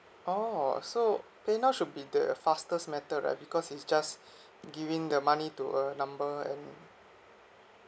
oh so paynow should be the fastest method right because it's just giving the money to a number and